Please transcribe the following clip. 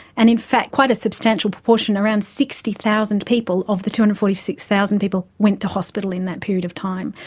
and in fact quite a substantial proportion, around sixty thousand people of the two hundred and forty six thousand people went to hospital in that period of time.